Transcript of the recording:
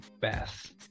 best